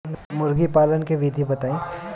मुर्गी पालन के विधि बताई?